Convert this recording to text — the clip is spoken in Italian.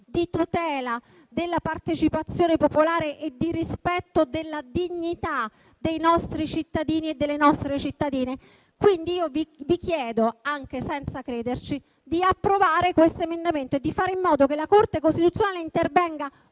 di tutela della partecipazione popolare e di rispetto della dignità dei nostri cittadini e delle nostre cittadine. Vi chiedo quindi, anche senza crederci, di approvare questo emendamento e di fare in modo che la Corte costituzionale intervenga